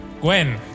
Gwen